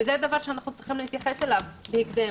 וזה דבר שאנחנו צריכים להתייחס אליו בהקדם.